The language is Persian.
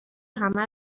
همه